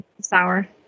sour